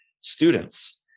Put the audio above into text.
students